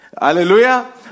Hallelujah